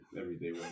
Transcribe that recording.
everyday